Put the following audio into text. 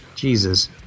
Jesus